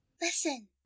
Listen